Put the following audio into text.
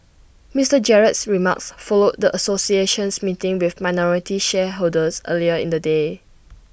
Mister Gerald's remarks followed the association's meeting with minority shareholders earlier in the day